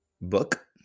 book